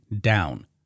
down